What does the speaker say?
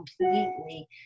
completely